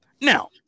Now